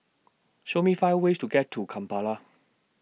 Show Me five ways to get to Kampala